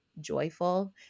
joyful